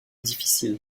difficile